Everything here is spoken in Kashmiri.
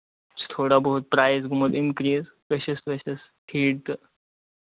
تھوڑا بہت پرٛایِز گوٚومُت اِنکریٖز کٔشِس ؤشِس ٹھیٖک تہٕ